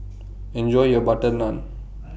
Enjoy your Butter Naan